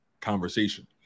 conversation